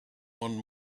one